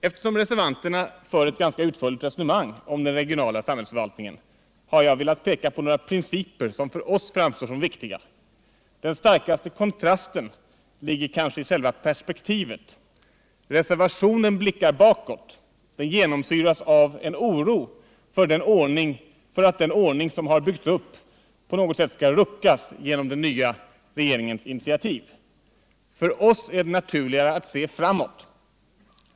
Eftersom reservanterna för ett ganska utförligt resonemang om den regionala samhällsförvaltningen, har jag velat peka på några principer, som för oss framstår som viktiga. Den starkaste kontrasten ligger kanske i själva perspektivet. Reservationen blickar bakåt — den genomsyras av en oro för att den ordning som har byggts upp på något sätt skall ruckas genom den nya regeringens initiativ. För oss är det naturligare att se framåt.